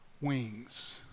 wings